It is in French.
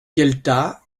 gueltas